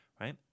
right